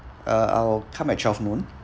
uh I'll come at twelve noon